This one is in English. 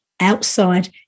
outside